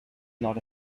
not